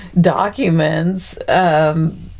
documents